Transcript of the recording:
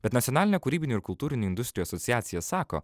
bet nacionalinė kūrybinių ir kultūrinių industrijų asociacija sako